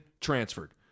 transferred